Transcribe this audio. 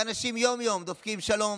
ואנשים יום-יום דופקים: שלום.